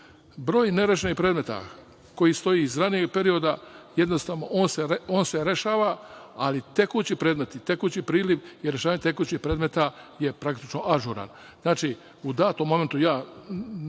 Broj nerešenih predmeta koji stoji iz ranijeg perioda, jednostavno on se rešava, ali tekući predmeti, tekući priliv i rešavanje tekućih predmeta je praktično ažuran. Znači, u datom momentu, ja